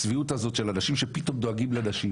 הצביעות הזאת של אנשים שפתאום דואגים לנשים,